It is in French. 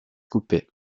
coupée